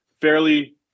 fairly